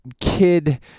kid